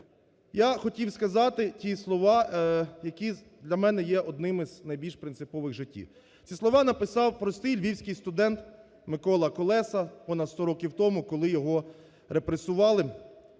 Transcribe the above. я хотів сказати ті слова, які для мене є одним з найбільш принципових в житті, ці слова написав простий львівський студент Микола Колеса понад 100 років тому, коли його репресували: